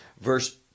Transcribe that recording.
Verse